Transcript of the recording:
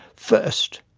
first,